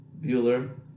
Bueller